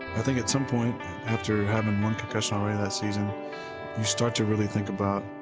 i think at some point after having one concussion already that season you start to really think about.